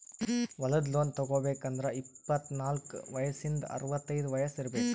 ಹೊಲದ್ ಲೋನ್ ತಗೋಬೇಕ್ ಅಂದ್ರ ಇಪ್ಪತ್ನಾಲ್ಕ್ ವಯಸ್ಸಿಂದ್ ಅರವತೈದ್ ವಯಸ್ಸ್ ಇರ್ಬೆಕ್